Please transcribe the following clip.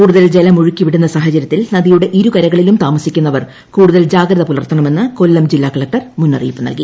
കൂടുതൽ ജലമൊഴുക്കി വിടുന്ന സാഹചര്യത്തിൽ നദിയുടെ ഇരുകരകളിലും താമസിക്കുന്നവർ കൂടുതൽ ജാഗ്രത പുലർത്തണമെന്ന് കൊല്ലം ജില്ലാ കളക്ടർ മുന്നറിയിപ്പ് നൽകി